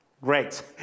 Great